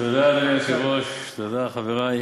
תודה, אדוני היושב-ראש, תודה, חברי,